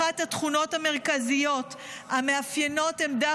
אחת התכונות המרכזיות המאפיינות עמדה